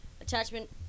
attachment